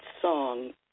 song